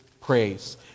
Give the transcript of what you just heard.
praise